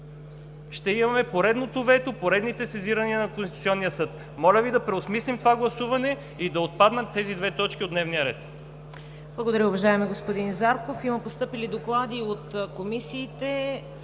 ще имаме поредното вето, поредните сезирания на Конституционния съд. Моля Ви да преосмислим това гласуване и да отпаднат тези две точки от дневния ред. ПРЕДСЕДАТЕЛ ЦВЕТА КАРАЯНЧЕВА: Благодаря, уважаеми господин Зарков. Има постъпили доклади от комисиите